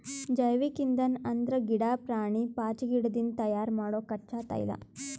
ಜೈವಿಕ್ ಇಂಧನ್ ಅಂದ್ರ ಗಿಡಾ, ಪ್ರಾಣಿ, ಪಾಚಿಗಿಡದಿಂದ್ ತಯಾರ್ ಮಾಡೊ ಕಚ್ಚಾ ತೈಲ